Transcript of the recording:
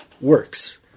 works